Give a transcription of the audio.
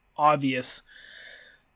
Obvious